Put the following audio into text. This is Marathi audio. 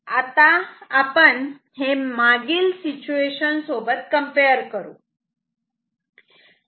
आता आपण हे मागील सिच्युएशन सोबत कम्पेअर करू